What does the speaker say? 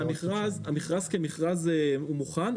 המכרז כמכרז מוכן,